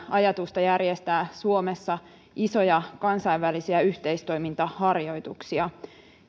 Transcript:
ajatusta järjestää suomessa isoja kansainvälisiä yhteistoimintaharjoituksia